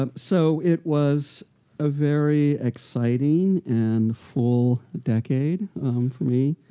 ah so it was a very exciting and full decade for me.